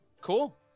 Cool